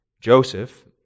Joseph